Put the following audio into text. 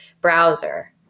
browser